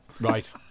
right